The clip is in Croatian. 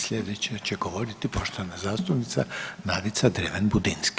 Slijedeća će govoriti poštovana zastupnica Nadica Dreven Budinski.